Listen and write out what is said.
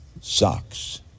Socks